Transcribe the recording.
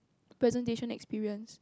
presentation experience